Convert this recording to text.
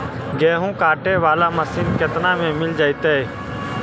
गेहूं काटे बाला मशीन केतना में मिल जइतै?